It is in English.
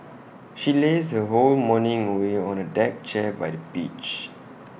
she lazed her whole morning away on A deck chair by the beach